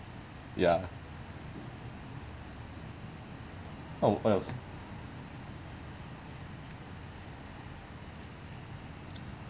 ya oh what else